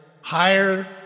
higher